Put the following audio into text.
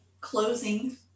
Closing